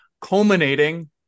culminating